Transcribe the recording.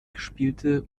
gespielte